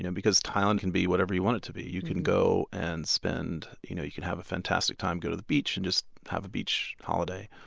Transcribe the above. you know because thailand can be whatever you want it to be. you can go and spend you know you can have a fantastic time and go to the beach and just have a beach holiday.